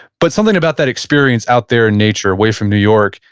but something about that experience out there in nature away from new york,